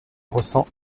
ressent